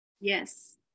Yes